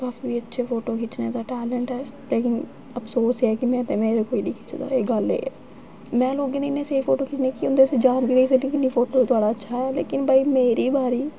काफी अच्छे फोटो खिच्चने दा टैलैंट ऐ अफसोस एह् ऐ कि मेरे कोई नीं खिचदा गल्ल एह् ऐ में लोकें दे इन्ने शैल फोटो खिच्चनी आं लेकिन मेरी बारी